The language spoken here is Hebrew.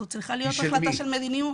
זו צריכה להיות החלטה של מדיניות.